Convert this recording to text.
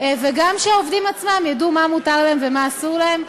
וגם העובדים עצמם ידעו מה מותר להם ומה אסור להם.